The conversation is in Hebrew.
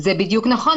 זה נכון,